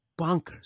bonkers